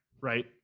Right